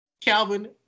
Calvin